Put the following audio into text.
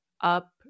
up